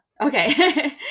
Okay